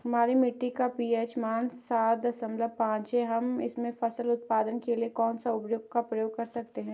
हमारी मिट्टी का पी.एच मान सात दशमलव पांच है हम इसमें फसल उत्पादन के लिए कौन से उर्वरक का प्रयोग कर सकते हैं?